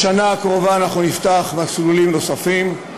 בשנה הקרובה אנחנו נפתח מסלולים נוספים,